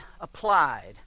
applied